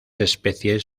especies